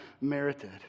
merited